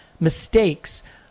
mistakes